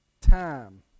time